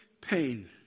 pain